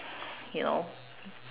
you know